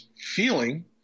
feeling